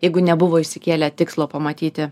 jeigu nebuvo išsikėlę tikslo pamatyti